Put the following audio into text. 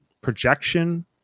projection